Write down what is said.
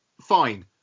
Fine